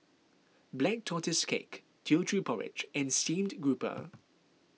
Black Tortoise Cake Teochew Porridge and Steamed Grouper